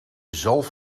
zalf